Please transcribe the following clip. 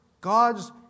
God's